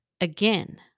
Again